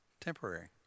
temporary